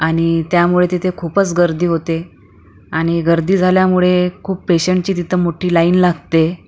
आणि त्यामुळे तिथे खूपच गर्दी होते आणि गर्दी झाल्यामुळे खूप पेशंटची तिथं मोठ्ठी लाईन लागते